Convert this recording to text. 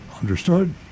understood